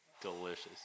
delicious